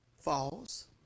Falls